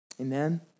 Amen